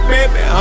Baby